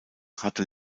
hatte